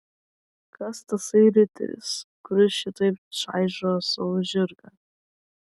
kas tasai riteris kuris šitaip čaižo savo žirgą